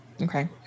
Okay